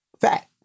fat